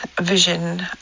vision